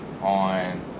on